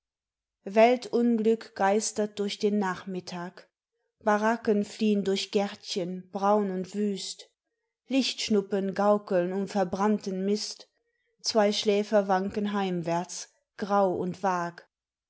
weltunglück geistert durch den nachmittag baraken fliehn durch gärtchen braun und wüst lichtschnuppen gaukeln um verbrannten mist zwei schläfer schwanken heimwärts grau und vag